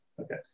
Okay